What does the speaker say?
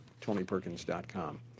TonyPerkins.com